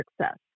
success